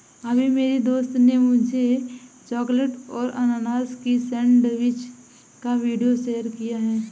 अभी मेरी दोस्त ने मुझे चॉकलेट और अनानास की सेंडविच का वीडियो शेयर किया है